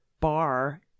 bar